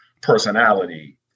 personality